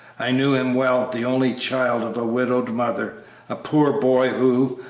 i knew him well the only child of a widowed mother a poor boy who,